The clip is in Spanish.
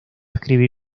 escribir